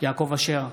יעקב אשר,